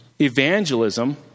Evangelism